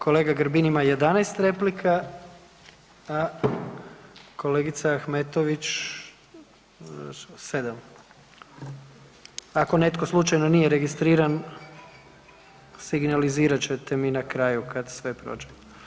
Kolega Grbin ima 11 replika, a kolegica Ahmetović 7. Ako netko slučajno nije registriran signalizirat ćete mi na kraju kad sve prođe.